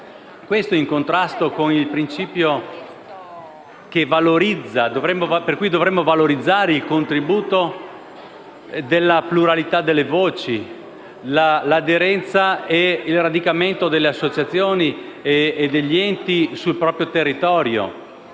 Questo in contrasto con il principio per il quale dovremmo valorizzare il contributo della pluralità delle voci, l'aderenza e il radicamento delle associazioni e degli enti sul proprio territorio.